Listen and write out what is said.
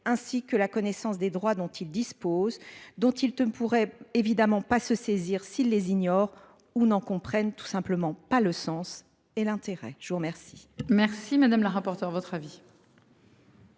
ainsi que la connaissance des droits dont ils disposent dont il te pourrait évidemment pas se saisir s'il les ignore où n'en comprennent tout simplement pas le sens et l'intérêt je vous remercie. Merci madame la rapporteure votre avis.